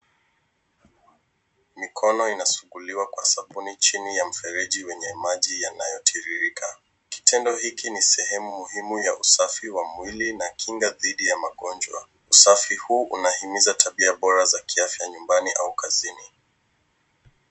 Mikono inasuguliwa kwa sabuni chini ya mfereji wenye maji yanayotiririka. Kitendo hiki ni sehemu muhimu ya usafi wa mwili na kinga dhidi ya magonjwa. Usafi huu unaimiza tabia bora za kiafya nyumbani au kazini.